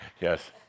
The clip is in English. Yes